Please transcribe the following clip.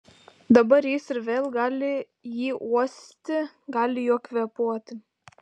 dabar jis ir vėl gali jį uosti gali juo kvėpuoti